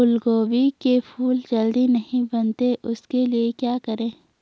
फूलगोभी के फूल जल्दी नहीं बनते उसके लिए क्या करें?